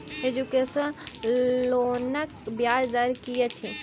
Education लोनक ब्याज दर की अछि?